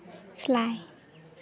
ᱥᱮᱞᱟᱭ